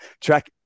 track